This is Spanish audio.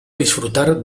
disfrutar